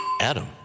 Adam